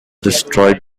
destroyed